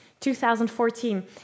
2014